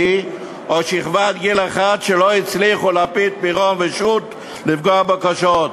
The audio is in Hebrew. או שכבת גיל אחת שלא הצליחו לפיד-פירון ושות' לפגוע בו קשות,